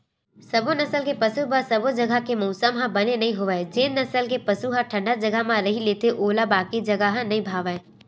सबो नसल के पसु बर सबो जघा के मउसम ह बने नइ होवय जेन नसल के पसु ह ठंडा जघा म रही लेथे ओला बाकी जघा ह नइ भावय